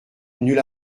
nulle